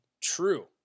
true